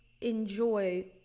enjoy